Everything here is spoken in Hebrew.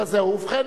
ובכן,